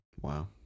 wow